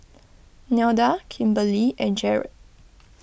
Nelda Kimberlie and Jerrad